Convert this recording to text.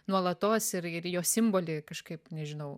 nuolatos ir ir jo simbolį kažkaip nežinau